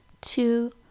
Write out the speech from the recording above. two